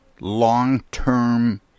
long-term